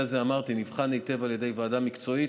אמרתי שהנושא הזה נבחן היטב על ידי ועדה מקצועית,